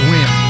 Win